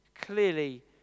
clearly